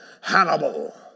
Hannibal